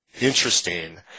interesting